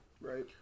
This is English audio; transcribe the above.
right